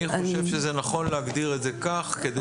אני חושב שזה נכון להגדיר את זה כך כדי